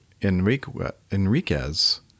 Enriquez